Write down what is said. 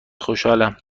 خوشحالم